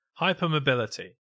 Hypermobility